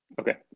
Okay